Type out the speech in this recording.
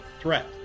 threat